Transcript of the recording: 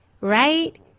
right